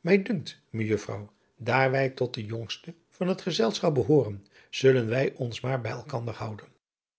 mij dunkt mejuffrouw daar wij tot de jongste van het gezelschap behooren zullen wij ons maar bij elkander houden